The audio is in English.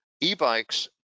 e-bikes